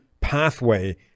pathway